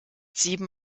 sieben